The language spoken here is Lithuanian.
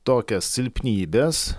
tokias silpnybes